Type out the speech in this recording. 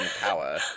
power